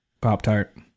Pop-Tart